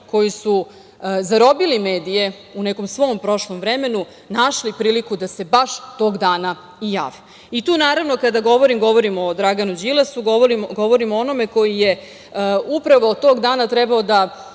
koji su zarobili medije u nekom svom prošlom vremenu našli priliku da se baš tog dana i jave. Tu naravno kada govorim govorim o Draganu Đilasu, govorim o onome koji je upravo tog dana trebalo da